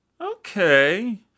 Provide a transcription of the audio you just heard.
Okay